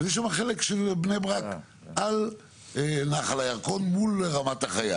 אז יש שם חלק של בני ברק על נחל הירקון מול רמת החייל.